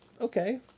Okay